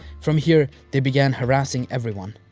from here, they began harassing everyone.